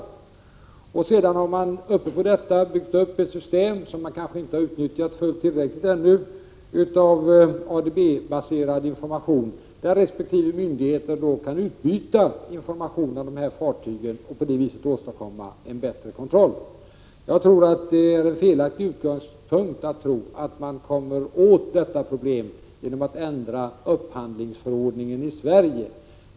Förutom detta har man byggt upp ett system, som kanske inte har utnyttjats tillräckligt än, av ADB-baserad information, som resp. myndigheter kan utnyttja och på det sättet åstadkomma en bättre kontroll. Det är felaktigt att tro att man kommer åt detta problem genom att ändra upphandlingsförordningen i Sverige.